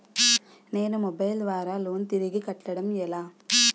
నేను మొబైల్ ద్వారా లోన్ తిరిగి కట్టడం ఎలా?